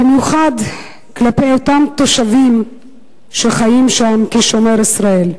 במיוחד כלפי אותם תושבים שחיים שם כשומר ישראל.